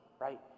right